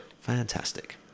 Fantastic